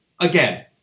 Again